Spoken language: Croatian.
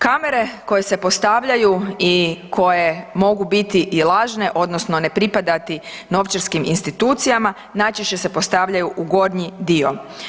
Kamere koje se postavljaju i koje mogu biti i lažne odnosno ne pripadati novčarskim institucijama najčešće se postavljaju u gornji dio.